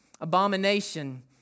Abomination